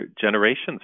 generations